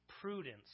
prudence